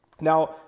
Now